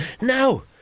Now